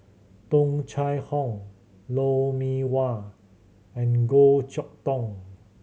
Tung Chye Hong Lou Mee Wah and Goh Chok Tong